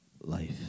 life